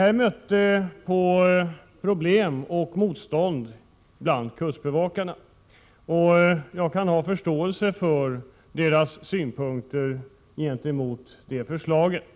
Detta stötte på problem och motstånd bland kustbevakarna, och jag kan ha förståelse för deras synpunkter gentemot det förslaget.